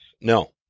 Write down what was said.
No